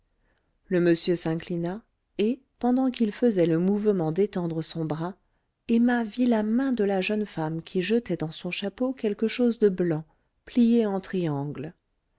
le monsieur s'inclina et pendant qu'il faisait le mouvement d'étendre son bras emma vit la main de la jeune dame qui jetait dans son chapeau quelque chose de blanc plié en triangle